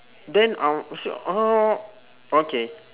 then uh oh okay